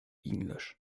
english